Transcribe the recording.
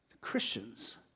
Christians